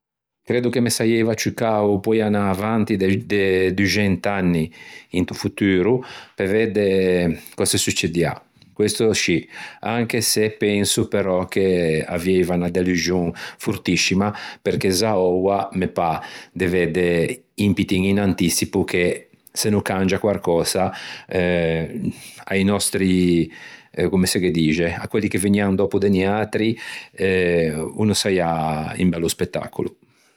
Creddo che me saieiva ciù cao poei anâ avanti de doxent'anni, in to foturo pe vedde cöse succedià. Questo scì, anche se penso però che avieiva unna deluxon fortiscima perché za oua me pâ de vedde un pittin in antiçipo che se no cangia quarcösa eh a-i nòstri comme se ghe dixe, à quelli che vëgnan dòppo de noiatri o no saià un bello spettacolo.